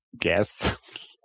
guess